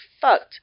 fucked